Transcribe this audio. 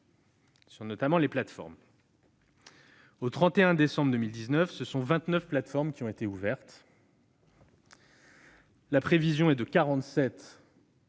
bilan des plateformes. Au 31 décembre 2019, ce sont 29 plateformes qui ont été ouvertes. La prévision est de 47